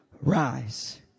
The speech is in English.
rise